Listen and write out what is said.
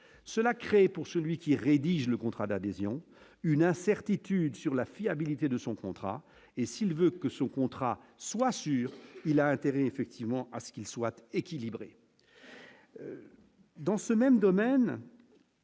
cela créé pour celui qui rédige le contrat d'adhésion, une incertitude sur la fiabilité de son contrat, et s'il veut que son contrat soit sur il a intérêt effectivement à ce qu'il soit équilibré. Dans ce même domaine.